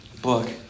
book